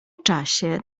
czasie